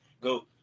go